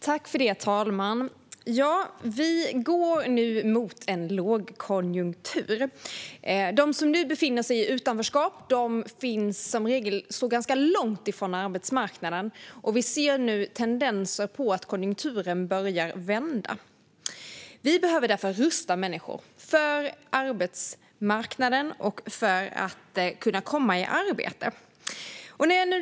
Herr talman! Vi går nu mot en lågkonjunktur. De som nu befinner sig i utanförskap står som regel ganska långt ifrån arbetsmarknaden, och vi ser nu tendenser till att konjunkturen börjar vända. Vi behöver därför rusta människor för arbetsmarknaden och för att kunna komma i arbete.